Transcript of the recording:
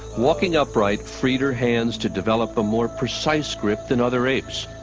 walking upright freed her hands to develop a more precise grip than other apes,